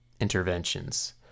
interventions